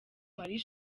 marie